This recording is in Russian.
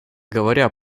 говоря